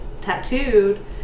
tattooed